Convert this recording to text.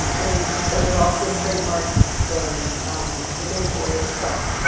and and they've also trademarked the the name oreo itself.